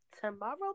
tomorrow